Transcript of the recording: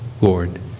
Lord